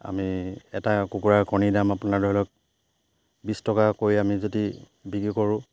আমি এটা কুকুৰাৰ কণী দাম আপোনাৰ ধৰি লওক বিছ টকা কৈ আমি যদি বিক্ৰী কৰোঁ